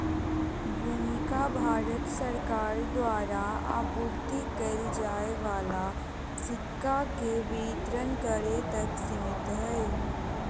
भूमिका भारत सरकार द्वारा आपूर्ति कइल जाय वाला सिक्का के वितरण करे तक सिमित हइ